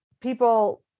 people